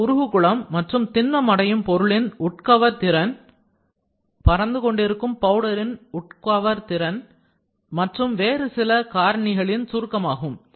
இது உருகு குளம் மற்றும் திண்மம் அடையும் பொருளின் உட்கவர் திறன்absorption பறந்துகொண்டிருக்கும் பவுடரின் உட்கவர் திறன் மற்றும் வேறு சில காரணிகளின் சுருக்கமாகும்